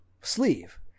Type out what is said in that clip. sleeve